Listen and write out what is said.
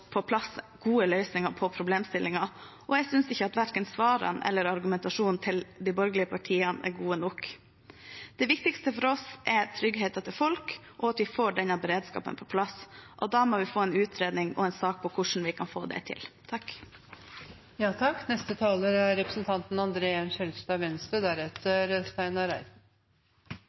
på plass gode løsninger på problemstillingen, og jeg synes verken svarene eller argumentasjonen til de borgerlige partiene er gode nok. Det viktigste for oss er tryggheten til folk, og at vi får denne beredskapen på plass. Da må vi få en utredning og en sak om hvordan vi kan få det til. En av statens viktigste oppgaver er